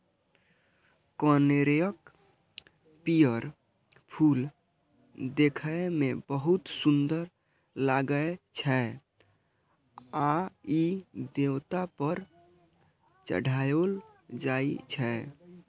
कनेरक पीयर फूल देखै मे बहुत सुंदर लागै छै आ ई देवता पर चढ़ायलो जाइ छै